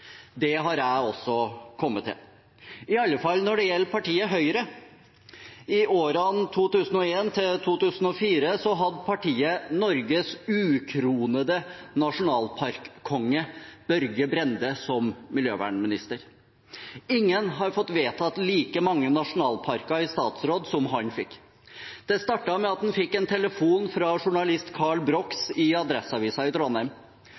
Det har jeg også kommet til, i alle fall når det gjelder partiet Høyre. I årene 2001–2004 hadde partiet Norges ukronede nasjonalparkkonge, Børge Brende, som miljøvernminister. Ingen har fått vedtatt like mange nasjonalparker i statsråd som han fikk. Det startet med at han fikk en telefon fra journalist Karl Brox i Adresseavisen i Trondheim.